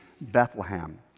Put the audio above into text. Bethlehem